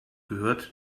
gehört